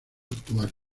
actual